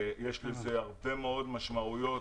יש לזה הרבה מאוד משמעויות,